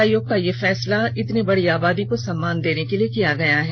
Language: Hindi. आयोग का यह फैसला इतनी बड़ी आबादी को सम्मान देने के लिए किया गया है